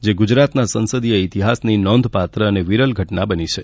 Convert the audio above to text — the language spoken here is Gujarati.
જે ગુજરાતના સંસદીય ઇતિહાસની નોંધપાત્ર અને વિરલ ઘટના બની છે